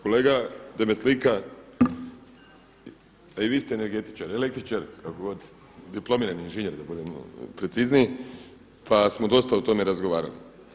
Kolega Demetlika, a vi ste energetičar, električar kako god diplomirani inženjer da budemo precizniji pa smo dosta o tome razgovarali.